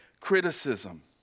criticism